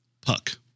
Puck